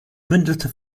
mündete